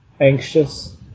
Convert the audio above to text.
anxious